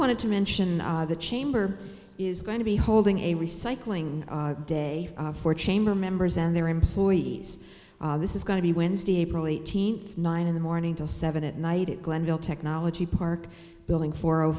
wanted to mention our the chamber is going to be holding a recycling day for chamber members and their employees this is going to be wednesday april eighteenth nine in the morning till seven at night at glendale technology park building four